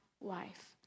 wife